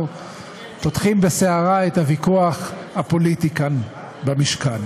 פותחים בסערה את הוויכוח הפוליטי כאן במשכן.